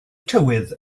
tywydd